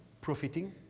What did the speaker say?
profiting